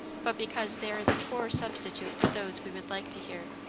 but because they are the poor substitute for those we would like to hear,